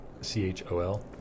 C-H-O-L